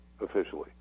officially